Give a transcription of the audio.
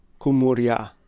kumuria